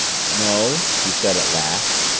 no, he said at last.